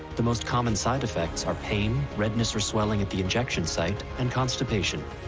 the most common side effects are pain, redness or swelling at the injection site and constipation.